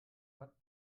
watt